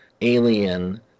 alien